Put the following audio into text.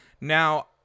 Now